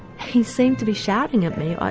he seemed to be shouting at me,